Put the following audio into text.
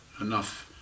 enough